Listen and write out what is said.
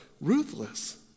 ruthless